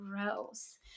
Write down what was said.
gross